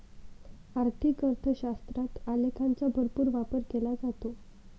आर्थिक अर्थशास्त्रात आलेखांचा भरपूर वापर केला जातो